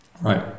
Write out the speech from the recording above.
Right